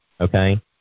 okay